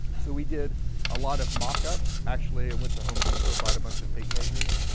so we did a lot of mockups. actually, i went to home depot, bought a bunch of tape measures,